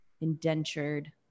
indentured